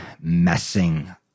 messing